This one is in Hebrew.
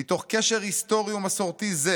"מתוך קשר היסטורי ומסורתי זה